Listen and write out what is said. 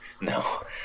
No